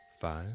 Five